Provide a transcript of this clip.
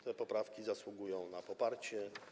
Te poprawki zasługują na poparcie.